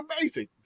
amazing